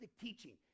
teaching